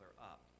up